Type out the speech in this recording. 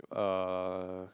uh